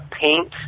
paint